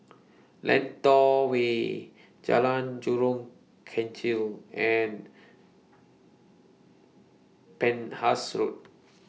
Lentor Way Jalan Jurong Kechil and Penhas Road